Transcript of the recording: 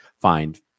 find